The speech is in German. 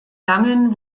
langen